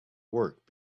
work